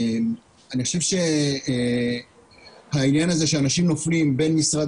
אני חושב שהעניין הזה שאנשים נופלים בין משרד